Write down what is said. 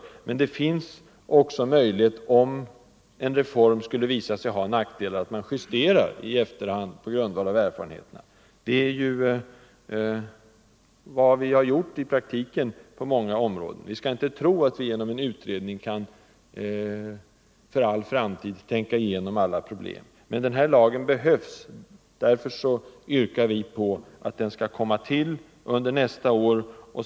Men om det skulle visa sig att det är en del problem som uppstår vid en reform, så bör vi också ha möjligheter att justera i efterhand på grundval av erfarenheterna. Det är ju också vad vi i praktiken har gjort på många områden. Och ingen skall tro att vi i en utredning kan tänka igenom alla problem för all framtid. Den här lagen behövs. Därför yrkar vi att den skall införas under nästa år.